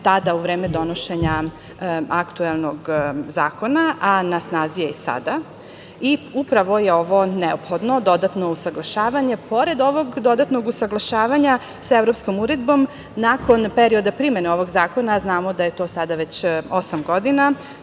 tada u vreme donošenja aktuelnog zakona, a na snazi je i sada i upravo je neophodno ovo dodatno usaglašavanje. Pored ovog dodatnog usaglašavanja sa evropskom uredbom, nakon perioda primene ovog zakona, a znamo da je to sada već osam godina,